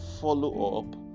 follow-up